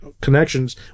connections